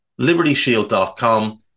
LibertyShield.com